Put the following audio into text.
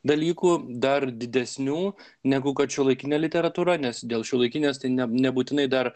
dalykų dar didesnių negu kad šiuolaikinė literatūra nes dėl šiuolaikinės tai nebūtinai dar